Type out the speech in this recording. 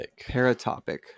Paratopic